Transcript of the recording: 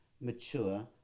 mature